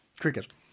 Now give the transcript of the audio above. cricket